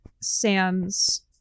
Sam's